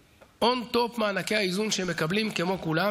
און-טופ מענקי האיזון שהם מקבלים כמו כולם,